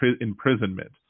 imprisonment